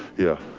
yeah,